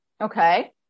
Okay